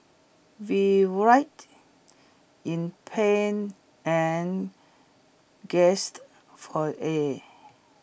we've writhed in pain and gasped for air